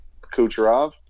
Kucherov